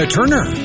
Turner